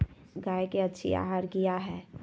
गाय के अच्छी आहार किया है?